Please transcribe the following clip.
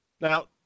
Now